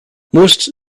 most